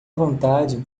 vontade